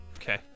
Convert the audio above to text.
Okay